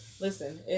Listen